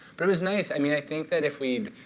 but it was nice i mean, i think that if we'd